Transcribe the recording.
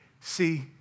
See